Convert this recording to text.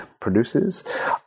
produces